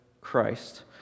Christ